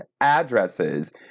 addresses